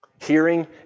hearing